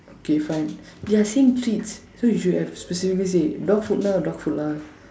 okay fine they are saying treats so you should have specifically said dog food lah dog food lah